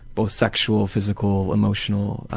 both sexual, physical, emotional